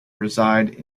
reside